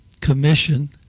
commission